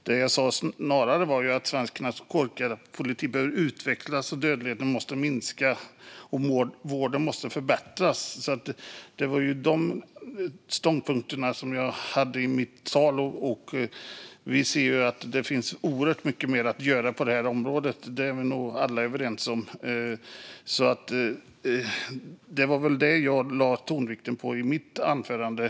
Det som jag snarare sa var att svensk narkotikapolitik behöver utvecklas, att dödligheten måste minska och att vården måste förbättras. Det var dessa ståndpunkter jag hade i mitt anförande. Vi ser att det finns oerhört mycket mer att göra på detta område. Det är vi nog alla överens om. Det var detta som jag lade tonvikten på i mitt anförande.